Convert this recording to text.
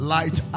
Light